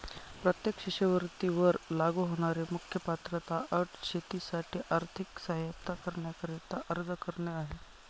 प्रत्येक शिष्यवृत्ती वर लागू होणारी मुख्य पात्रता अट शेतीसाठी आर्थिक सहाय्यता करण्याकरिता अर्ज करणे आहे